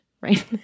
right